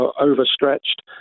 overstretched